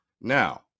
Now